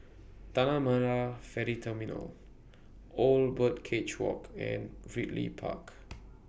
Tanah Marah Ferry Terminal Old Birdcage Walk and Ridley Park